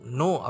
no